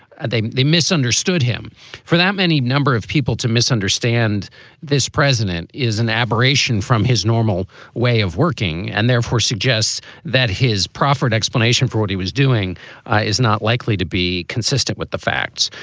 they they misunderstood him for that. any number of people to misunderstand this president is an aberration from his normal way of working and therefore suggests that his proffered explanation for what he was doing is not likely to be consistent with the facts.